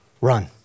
Run